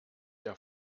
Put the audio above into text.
der